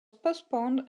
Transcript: postponed